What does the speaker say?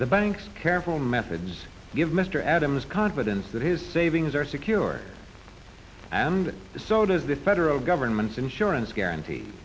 the banks careful methods give mr adams confidence that his savings are secured and so does the federal government's insurance guarantee